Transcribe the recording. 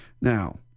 Now